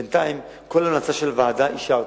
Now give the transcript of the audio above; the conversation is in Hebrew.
בינתיים, כל המלצה של ועדה, אישרתי.